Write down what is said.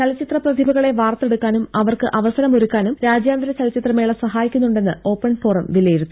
ചലച്ചിത്ര പ്രതിഭകളെ വാർത്തെടുക്കാനും അവർക്ക് അവസരം ഒരുക്കാനും രാജ്യാന്തര ചലച്ചിത്രമേള സഹായിക്കുന്നുണ്ടെന്ന് ഓപ്പൺ ഫോറം വിലയിരുത്തി